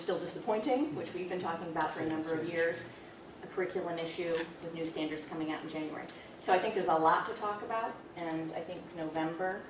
still disappointing which we've been talking about for a number of years the curriculum issue new standards coming out in january so i think there's a lot to talk about and i think november